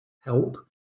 help